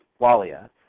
Walia